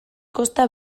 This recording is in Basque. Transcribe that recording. kosta